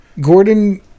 Gordon